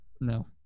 No